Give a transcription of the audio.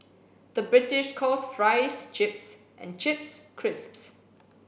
the British calls fries chips and chips crisps